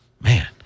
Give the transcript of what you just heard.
man